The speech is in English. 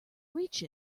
reach